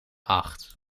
acht